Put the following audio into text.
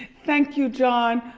thank you, john.